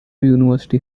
university